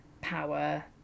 power